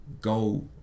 Go